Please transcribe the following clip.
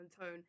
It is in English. tone